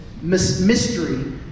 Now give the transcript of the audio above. Mystery